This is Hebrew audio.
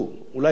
אולי כלכלה,